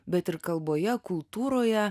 bet ir kalboje kultūroje